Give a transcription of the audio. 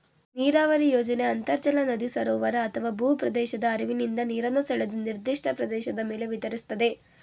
ನೀರಾವರಿ ಯೋಜನೆ ಅಂತರ್ಜಲ ನದಿ ಸರೋವರ ಅಥವಾ ಭೂಪ್ರದೇಶದ ಹರಿವಿನಿಂದ ನೀರನ್ನು ಸೆಳೆದು ನಿರ್ದಿಷ್ಟ ಪ್ರದೇಶದ ಮೇಲೆ ವಿತರಿಸ್ತದೆ